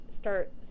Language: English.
start